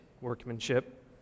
workmanship